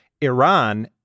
Iran